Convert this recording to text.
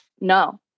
no